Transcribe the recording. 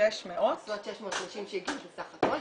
בסביבות 630 שהגישו סך הכל.